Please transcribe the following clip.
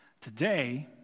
Today